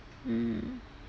mm